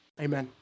Amen